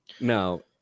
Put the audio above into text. No